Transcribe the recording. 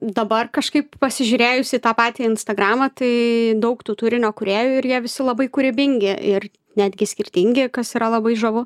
dabar kažkaip pasižiūrėjus į tą patį instagramą tai daug tų turinio kūrėjų ir jie visi labai kūrybingi ir netgi skirtingi kas yra labai žavu